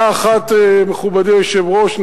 מכובדי היושב-ראש,